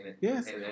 Yes